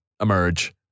emerge